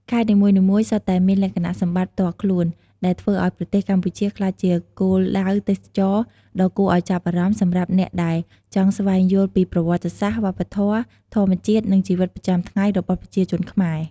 ខេត្តនីមួយៗសុទ្ធតែមានលក្ខណៈសម្បត្តិផ្ទាល់ខ្លួន ដែលធ្វើឱ្យប្រទេសកម្ពុជាក្លាយជាគោលដៅទេសចរណ៍ដ៏គួរឱ្យចាប់អារម្មណ៍សម្រាប់អ្នកដែលចង់ស្វែងយល់ពីប្រវត្តិសាស្ត្រ វប្បធម៌ ធម្មជាតិ និងជីវិតប្រចាំថ្ងៃរបស់ប្រជាជនខ្មែរ។